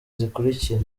zikurikira